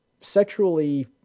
sexually